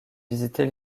visiter